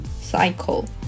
Cycle